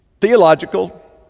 theological